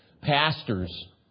pastors